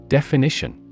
Definition